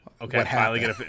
Okay